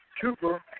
Cooper